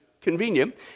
convenient